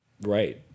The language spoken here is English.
Right